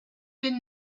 been